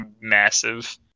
massive